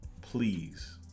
please